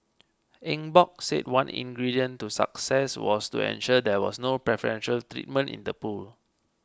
Eng Bock said one ingredient to success was to ensure there was no preferential treatment in the pool